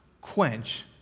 quench